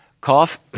Cough